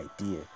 idea